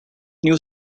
new